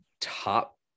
top